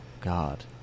God